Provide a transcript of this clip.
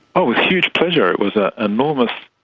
oh, with huge pleasure. it was an enormous,